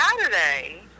Saturday